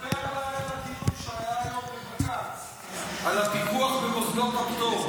תספר אולי על הדיון שהיה היום בבג"ץ על הפיקוח במוסדות הפטור.